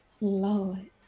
Lord